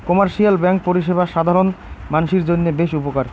commercial bank পরিষেবা সাধারণ মানসির জইন্যে বেশ উপকার